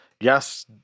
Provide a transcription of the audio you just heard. yes